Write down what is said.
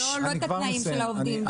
לא את התנאים של העובדים.